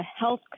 health